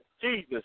Jesus